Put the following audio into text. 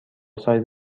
سایز